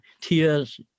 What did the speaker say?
Tears